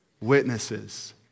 witnesses